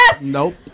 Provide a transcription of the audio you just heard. Nope